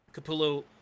Capullo